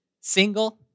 single